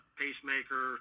pacemaker